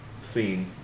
scene